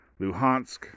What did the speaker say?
Luhansk